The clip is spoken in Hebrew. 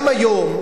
גם היום,